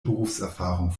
berufserfahrung